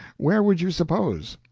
where would you suppose,